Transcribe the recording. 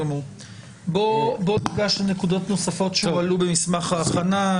בואו ניגש לנקודות נוספות שהועלו במסמך ההכנה.